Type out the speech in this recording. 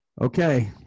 Okay